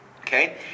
okay